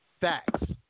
Facts